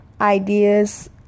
ideas